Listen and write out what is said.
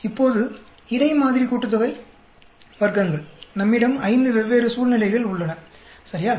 இப்போது இடை மாதிரி கூட்டுத்தொகை வர்க்கங்கள் நம்மிடம் ஐந்து வெவ்வேறு சூழ்நிலைகள் உள்ளன சரியா